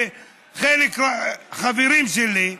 שחלק הם חברים שלי,